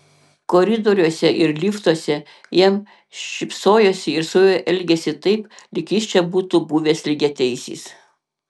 koridoriuose ir liftuose jam šypsojosi ir su juo elgėsi taip lyg jis čia būtų buvęs lygiateisis